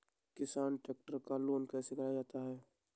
किसान ट्रैक्टर का लोन कैसे करा सकता है?